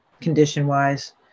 condition-wise